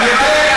לא.